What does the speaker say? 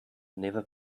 never